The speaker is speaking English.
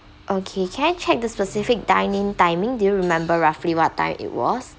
okay can I check the specific dining timing do you remember roughly what time it was